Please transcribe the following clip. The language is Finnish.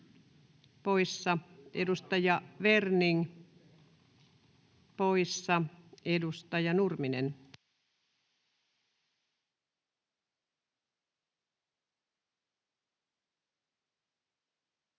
poissa. Edustaja Werning, poissa. — Edustaja Nurminen.